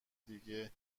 دیگه